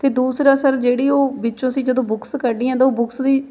ਅਤੇ ਦੂਸਰਾ ਸਰ ਜਿਹੜੀ ਉਹ ਵਿੱਚੋਂ ਅਸੀਂ ਜਦੋਂ ਬੁੱਕਸ ਕੱਢੀਆਂ ਤਾਂ ਉਹ ਬੁੱਕਸ ਦੀ